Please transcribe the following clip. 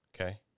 Okay